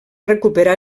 recuperar